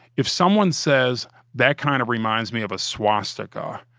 if someone says that kind of reminds me of a swastika,